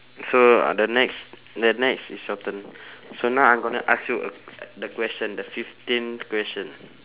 so uh the next the next it's your turn so now I'm gonna ask you a the question the fifteen question